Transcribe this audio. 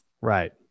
Right